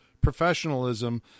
professionalism